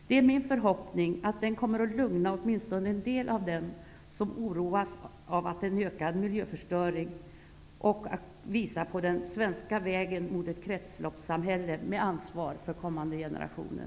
Det är min förhoppning att den kommer att lugna åtminstone en del av dem som oroas av en ökad miljöförstöring och att den skall visa den svenska vägen mot ett kretsloppssamhälle med ansvar för kommande generationer.